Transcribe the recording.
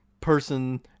person